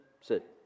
sit